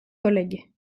collègues